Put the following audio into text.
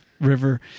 River